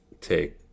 take